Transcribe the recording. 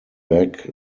back